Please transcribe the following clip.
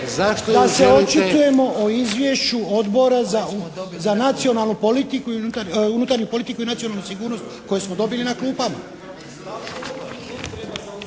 Da se očitujemo o izvješću Odbora za nacionalnu politiku i, unutarnju politiku i nacionalnu sigurnost koju smo dobili na klupama.